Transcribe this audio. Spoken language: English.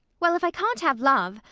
well, if i can't have love,